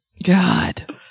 God